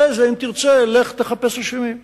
אחרי זה, אם תרצה, לך תחפש אשמים.